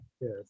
Yes